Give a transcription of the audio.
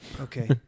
Okay